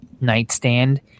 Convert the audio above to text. nightstand